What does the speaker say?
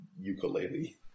ukulele